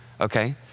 Okay